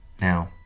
Now